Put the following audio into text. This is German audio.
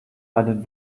einen